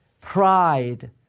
Pride